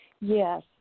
Yes